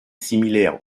similaire